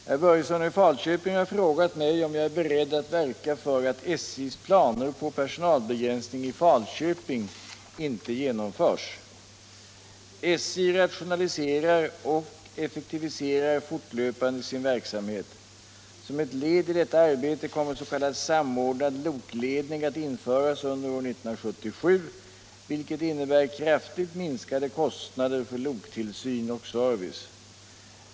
160, och anförde: Herr talman! Herr Börjesson i Falköping har frågat mig om jag är beredd verka för att SJ:s planer på personalbegränsning i Falköping inte genomförs. SJ rationaliserar och effektiviserar fortlöpande sin verksamhet. Som ett led i detta arbete kommer s.k. samordnad lokledning att införas under år 1977, vilket innebär kraftigt minskade kostnader för loktillsyn och service.